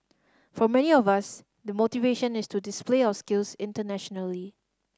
for many of us the motivation is to display our skills internationally